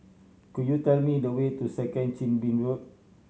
could you tell me the way to Second Chin Bee Road